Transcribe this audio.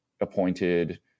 appointed